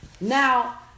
Now